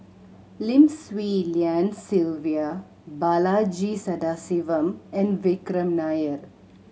Lim Swee Lian Sylvia Balaji Sadasivan and Vikram Nair